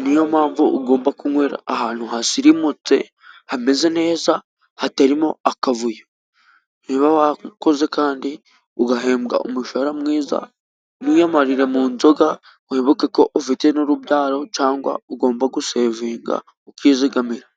ni yo mpamvu ugomba kunywera ahantu hasirimutse hameze neza ,hatarimo akavuyo. Niba wakoze kandi ugahembwa umushahara mwiza wiyamarire mu nzoga wibuke ko ufite n'urubyaro cyangwa ugomba guseviinga ukizigamira.